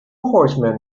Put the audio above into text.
horsemen